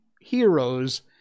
heroes